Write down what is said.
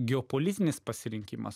geopolitinis pasirinkimas